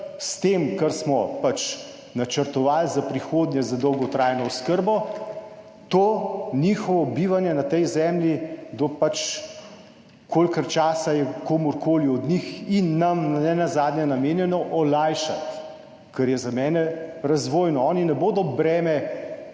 s tem, kar smo pač načrtovali za prihodnje, za dolgotrajno oskrbo, tonjihovo bivanje na tej zemlji, kolikor časa je komurkoli od njih in nam nenazadnje namenjeno, olajšati, kar je za mene razvojno. Oni ne bodo breme,